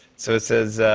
so it says.